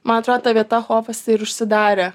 man atrodo ta vieta hofas ir užsidarė